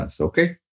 okay